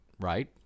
right